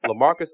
Lamarcus